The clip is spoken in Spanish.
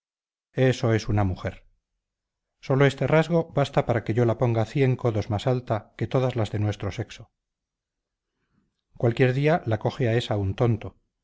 eso es una mujer sólo este rasgo basta para que yo la ponga cien codos más alta que todas las de nuestro sexo cualquier día la coge a esa un tonto